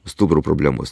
stuburo problemos